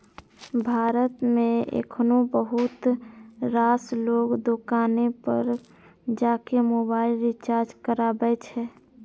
भारत मे एखनो बहुत रास लोग दोकाने पर जाके मोबाइल रिचार्ज कराबै छै